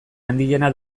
handiena